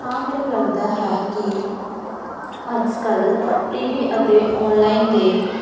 ਹਾਂ ਮੈਨੂੰ ਲੱਗਦਾ ਹੈ ਕਿ ਅੱਜ ਕੱਲ੍ਹ ਟੀ ਵੀ ਅਤੇ ਔਨਲਾਈਨ 'ਤੇ